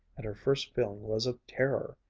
and her first feeling was of terror.